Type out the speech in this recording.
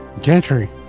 Gentry